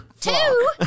Two